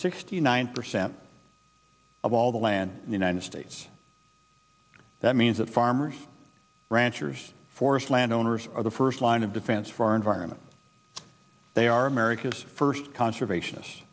sixty nine percent of all the land in the united states that means that farmers ranchers forest land owners are the first line of defense for our environment they are america's first conservationist